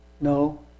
No